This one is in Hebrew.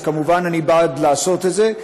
אז כמובן אני בעד לעשות את זה.